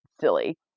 silly